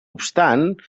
obstant